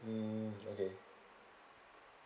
um okay